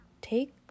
take